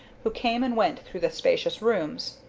who came and went through the spacious rooms.